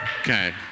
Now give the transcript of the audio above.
Okay